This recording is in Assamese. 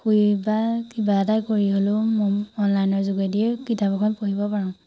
শুই বা কিবা এটা কৰি হ'লেও মই অনলাইনৰ যোগেদিয়ে কিতাপ এখন পঢ়িব পাৰোঁ